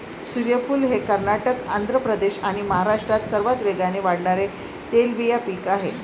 सूर्यफूल हे कर्नाटक, आंध्र प्रदेश आणि महाराष्ट्रात सर्वात वेगाने वाढणारे तेलबिया पीक आहे